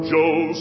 Joe